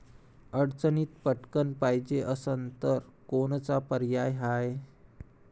अडचणीत पटकण पायजे असन तर कोनचा पर्याय हाय?